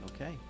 Okay